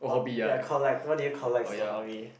oh ya collect what do you collect as a hobby